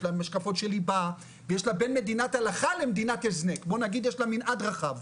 יש לה השקפות של ליבה ויש לה במדינת הלכה למדינת הזנק יש לה מנעד רחב,